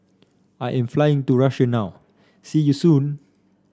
I am flying to Russia now see you soon